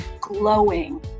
glowing